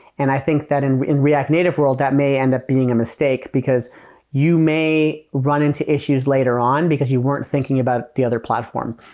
and i think that in in react native world, that may end up being a mistake, because you may run into issues later on because you weren't thinking about the other platform.